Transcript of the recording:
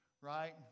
Right